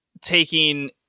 taking